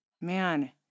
Man